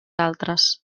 altres